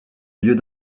lieux